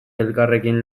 elkarrekin